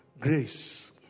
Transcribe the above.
grace